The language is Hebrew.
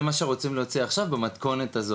זה מה שרוצים להוציא עכשיו במתכונת הזאת.